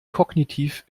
kognitiv